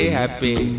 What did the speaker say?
happy